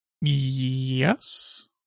Yes